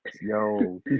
Yo